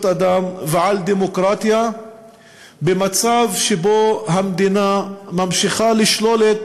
אדם ועל דמוקרטיה במצב שבו המדינה ממשיכה לשלול את